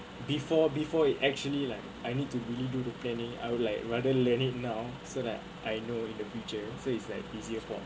before before you actually like I need to really do to planning I would like rather learn it now so that I know in the future so it's like easier for